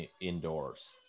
indoors